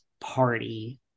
party